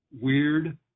weird